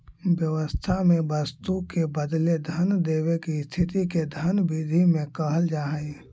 व्यवस्था में वस्तु के बदले धन देवे के स्थिति के धन विधि में कहल जा हई